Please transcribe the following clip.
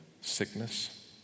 sickness